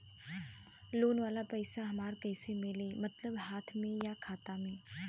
Loan वाला पैसा हमरा कइसे मिली मतलब हाथ में या खाता में?